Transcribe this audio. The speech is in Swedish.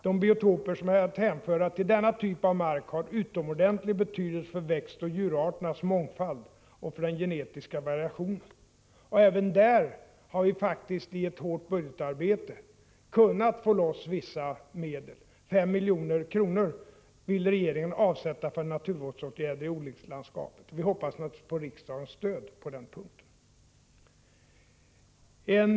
De biotoper som är att hänföra till denna typ av mark har utomordentlig betydelse för växtoch djurarternas mångfald och för den genetiska variationen. Även där har vi i ett hårt budgetarbete kunnat få loss vissa medel. 5 milj.kr. vill regeringen avsätta för naturvårdsåtgärder i odlingslandskapet. Vi hoppas naturligtvis på riksdagens stöd på den punkten.